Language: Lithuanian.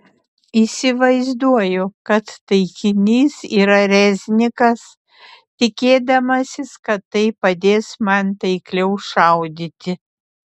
įsivaizduoju kad taikinys yra reznikas tikėdamasis kad tai padės man taikliau šaudyti